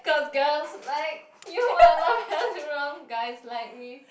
cause girls like you are not that strong guys like me